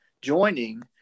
joining